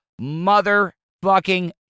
motherfucking